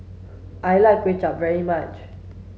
I like Kway Chap very much